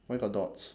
why got dots